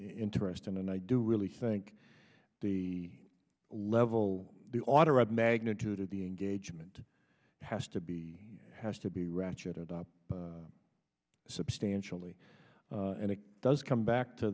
interesting and i do really think the level of the author of magnitude of the engagement has to be has to be ratcheted up substantially and it does come back to